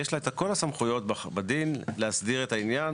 יש לה את כל הסמכויות בדין להסדיר את העניין,